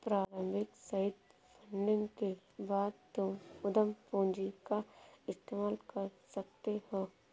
प्रारम्भिक seed funding के बाद तुम उद्यम पूंजी का इस्तेमाल कर सकते हो